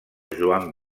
joan